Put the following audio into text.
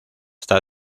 está